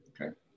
Okay